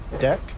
deck